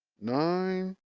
nine